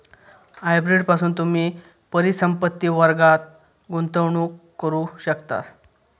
hybrid पासून तुम्ही परिसंपत्ति वर्गात गुंतवणूक करू शकतास